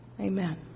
Amen